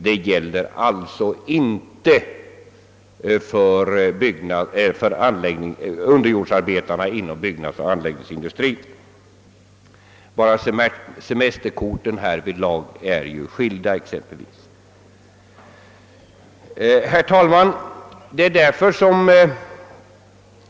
Detta gäller alltså inte för underjordsarbetarna inom byggnadsoch anläggningsindustrin. Dessa har bl a. särskilda semesterkort. Herr talman!